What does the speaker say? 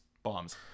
Bombs